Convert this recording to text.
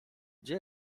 gdzie